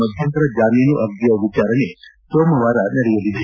ಮಧ್ಯಂತರ ಜಾಮೀನು ಅರ್ಜಿಯ ವಿಚಾರಣೆ ಸೋಮವಾರ ನಡೆಯಲಿದೆ